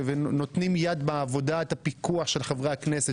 ונותנים יד בעבודת הפיקוח של חברי הכנסת